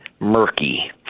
murky